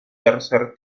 tercer